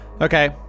Okay